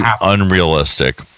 unrealistic